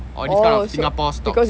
all these kind of singapore stocks